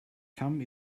come